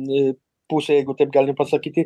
nei pusė jeigu taip galima pasakyti